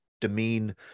demean